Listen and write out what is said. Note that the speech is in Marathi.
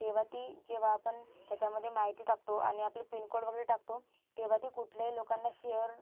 तेव्हा ती जेव्हा आपण त्याच्यामध्ये माहिती टाकतो आणि आपले पिनकोड वगैरे टाकतो तेव्हा ते कुठल्याही लोकांना शेअर